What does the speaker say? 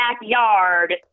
backyard